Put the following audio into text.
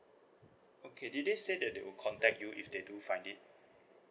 okay did they say that they will contact you if they do find it